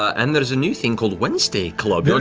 and there's a new thing called wednesday club.